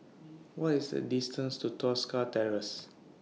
What IS The distance to Tosca Terrace